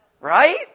Right